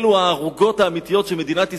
אלו הערוגות האמיתיות של מדינת ישראל.